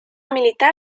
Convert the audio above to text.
militar